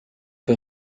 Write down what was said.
foi